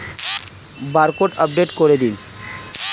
Barcode update করে দিন?